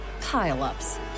pile-ups